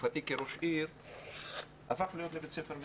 שבתקופתי כראש עיר הפך לבית ספר מנגן.